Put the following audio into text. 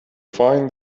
find